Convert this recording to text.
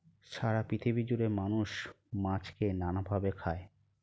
সারা পৃথিবী জুড়ে মানুষ মাছকে নানা ভাবে খায়